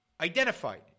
identified